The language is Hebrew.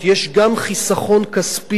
יש גם חיסכון כספי,